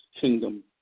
kingdom